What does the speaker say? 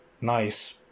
nice